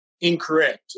incorrect